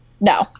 No